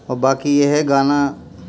اور باقی یہ ہے گانا